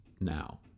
now